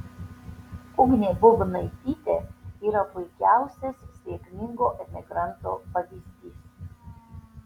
ugnė bubnaitytė yra puikiausias sėkmingo emigranto pavyzdys